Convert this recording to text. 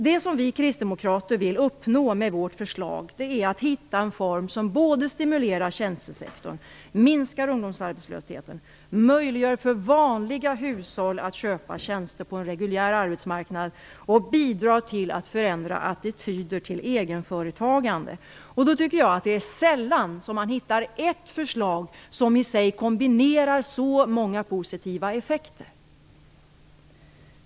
Det som vi kristdemokrater vill uppnå med vårt förslag är att man skall försöka att hitta en form som samtidigt stimulerar tjänstesektorn, minskar ungdomsarbetslösheten, möjliggör för vanliga hushåll att köpa tjänster på en reguljär arbetsmarknad och bidrar till att förändra attityder till egenföretagande. Det är sällan som man hittar ett förslag som i sig kombinerar så många positiva effekter.